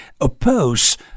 oppose